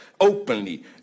openly